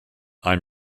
i’m